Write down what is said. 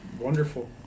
Wonderful